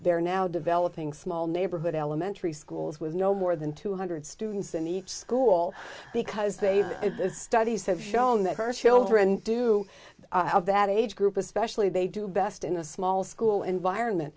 they're now developing small neighborhood elementary schools with no more than two hundred students in each school because they studies have shown that her children do have that age group especially they do best in a small school environment